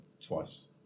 twice